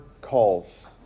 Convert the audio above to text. calls